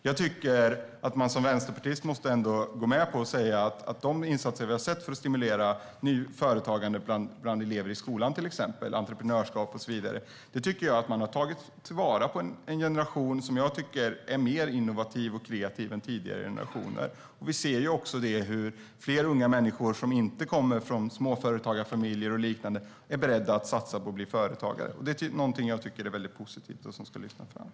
Jag tycker ändå att man som vänsterpartist måste gå med på och säga att de insatser vi har sett för att stimulera nyföretagande, till exempel bland elever i skolan, entreprenörskap och så vidare, har tagit till vara en generation som jag tycker är mer innovativ och kreativ än tidigare generationer. Vi ser också hur fler unga människor som inte kommer från småföretagarfamiljer och liknande är beredda att satsa på att bli företagare. Det är någonting som jag tycker är väldigt positivt och som ska lyftas fram.